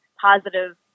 positive